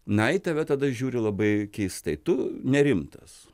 na į tave tada žiūri labai keistai tu nerimtas